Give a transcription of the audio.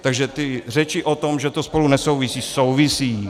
Takže ty řeči o tom, že to spolu nesouvisí souvisí!